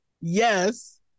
Yes